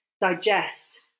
digest